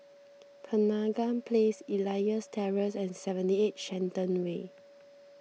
Penaga Place Elias Terrace and seventy eight Shenton Way